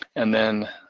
and then,